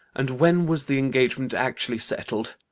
and when was the engagement actually settled?